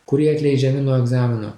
kurie atleidžiami nuo egzamino